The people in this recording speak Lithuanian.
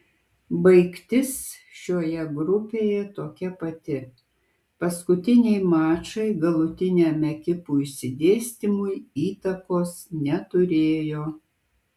baigtis šioje grupėje tokia pati paskutiniai mačai galutiniam ekipų išsidėstymui įtakos neturėjo